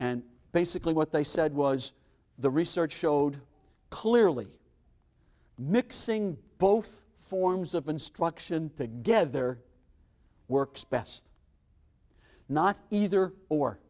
and basically what they said was the research showed clearly mixing both forms of instruction together works best not either or